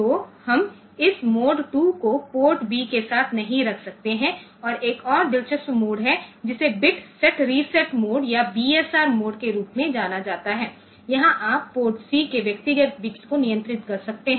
तो हम इस मोड 2 को पोर्ट बी के साथ नहीं रख सकते हैं और एक और दिलचस्प मोड है जिसे बिट सेट रीसेट मोड या बीएसआर मोड के रूप में जाना जाता है यहां आप पोर्ट सी के व्यक्तिगत बिट्स को नियंत्रित कर सकते हैं